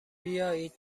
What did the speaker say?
بیایید